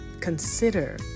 consider